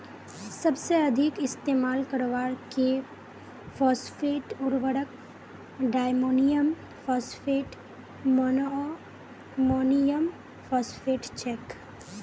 सबसे अधिक इस्तेमाल करवार के फॉस्फेट उर्वरक डायमोनियम फॉस्फेट, मोनोअमोनियमफॉस्फेट छेक